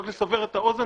רק לסבר את האוזן,